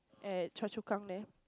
at Choa-Chu-Kang there